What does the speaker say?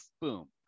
boom